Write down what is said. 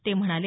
ते म्हणाले